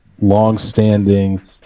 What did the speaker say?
long-standing